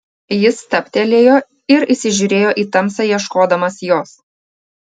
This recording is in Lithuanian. jis stabtelėjo ir įsižiūrėjo į tamsą ieškodamas jos